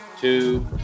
two